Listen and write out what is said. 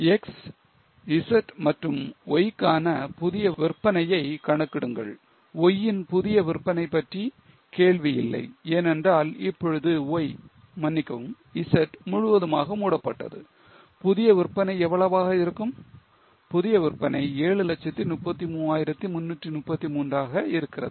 X Z மற்றும் Y கான புதிய விற்பனையை கணக்கிடுங்கள் Y ன் புதிய விற்பனை பற்றி கேள்வி இல்லை ஏனென்றால் இப்பொழுது Y மன்னிக்கவும் Z முழுவதுமாக மூடப்பட்டது புதிய விற்பனை எவ்வளவாக இருக்கும் புதிய விற்பனை 733333 ஆக இருக்கிறது